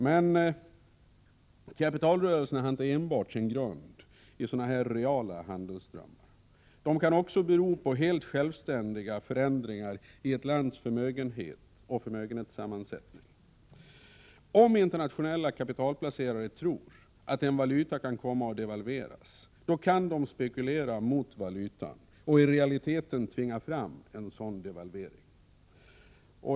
Men kapitalrörelserna har inte enbart sin grund i sådana handelsströmmar. De kan också bero på helt självständiga förändringar i ett lands förmögenhet och förmögenhetssammansättning. Om internationella kapitalplacerare tror att en valuta kan komma att devalveras, kan de spekulera mot valutan och i realiteten tvinga fram en devalvering.